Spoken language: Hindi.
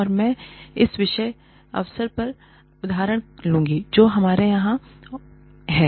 और मैं इस विशेष अवसर का उदाहरण लूंगी जो हमारे यहां है